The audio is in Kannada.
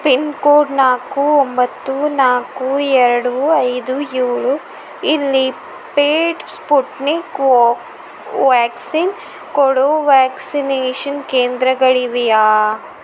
ಪಿನ್ಕೋಡ್ ನಾಲ್ಕು ಒಂಬತ್ತು ನಾಲ್ಕು ಎರಡು ಐದು ಏಳು ಇಲ್ಲಿ ಪೇಯ್ಡ್ ಸ್ಪುಟ್ನಿಕ್ ಕೋವ್ಯಾಕ್ಸಿನ್ ಕೊಡೋ ವ್ಯಾಕ್ಸಿನೇಷನ್ ಕೇಂದ್ರಗಳಿವೆಯಾ